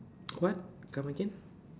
what come again